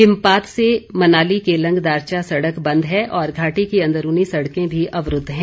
हिमपात से मनाली केलंग दारचा सड़क बंद है और घाटी की अंदरूनी सड़कें भी अवरूद्व हैं